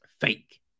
fake